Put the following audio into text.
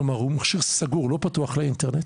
כלומר מכשיר סגור שהוא לא פתוח לאינטרנט,